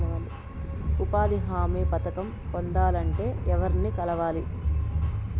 ఉపాధి హామీ పథకం పొందాలంటే ఎవర్ని కలవాలి?